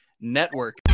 Network